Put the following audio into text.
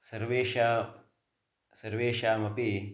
सर्वेषां सर्वेषामपि